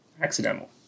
accidental